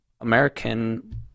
American